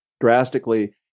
drastically